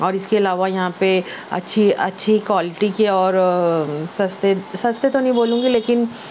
اور اس کے علاوہ یہاں پہ اچھی اچھی کوالٹی کے اور سستے سستے تو نہیں بولوں گی لیکن